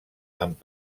amb